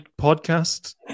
podcast